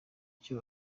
icyo